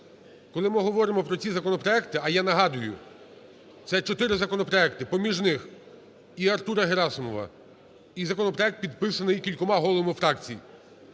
Коли ми говоримо про ці законопроекти, а я нагадую, це 4 законопроекти, поміж них і Артура Герасимова, і законопроект, підписаний кількома головами фракцій,